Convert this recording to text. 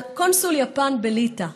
על קונסול יפן בליטא.